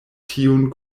tiun